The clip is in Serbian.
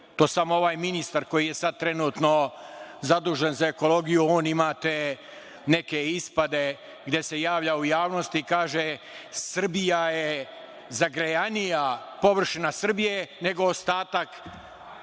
To samo ovaj ministar koji je sad trenutno zadužen za ekologiju, on ima te neke ispade, gde se pojavljuje u javnosti i kaže - Srbija je zagrejanija, površina Srbije, nego ostatak